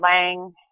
Lang